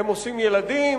הם עושים ילדים.